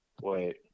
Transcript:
wait